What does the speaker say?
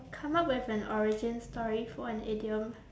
come up with an origin story for an idiom